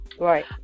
Right